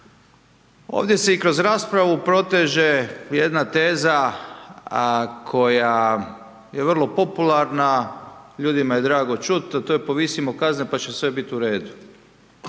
Ovdje se i kroz raspravu proteže jedna teza koja je vrlo popularna, ljudima je drago čuti, a to je povisimo kazne, pa će sve biti u redu.